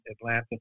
Atlanta